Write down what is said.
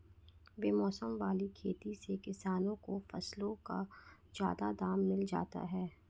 बेमौसम वाली खेती से किसानों को फसलों का ज्यादा दाम मिल जाता है